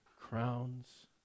crowns